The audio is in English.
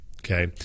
Okay